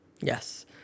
Yes